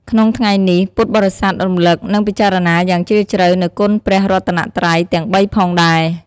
ក្នុងថ្ងៃនេះ ពុទ្ធបរិស័ទរំលឹក និងពិចារណាយ៉ាងជ្រាលជ្រៅនូវគុណព្រះរតនត្រ័យទាំងបីផងដែរ។